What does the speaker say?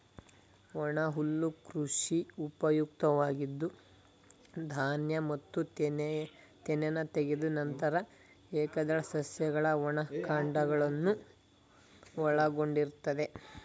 ಒಣಹುಲ್ಲು ಕೃಷಿ ಉಪಉತ್ಪನ್ನವಾಗಿದ್ದು ಧಾನ್ಯ ಮತ್ತು ತೆನೆನ ತೆಗೆದ ನಂತರ ಏಕದಳ ಸಸ್ಯಗಳ ಒಣ ಕಾಂಡಗಳನ್ನು ಒಳಗೊಂಡಿರ್ತದೆ